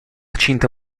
cinta